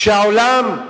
כשהעולם,